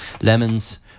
lemons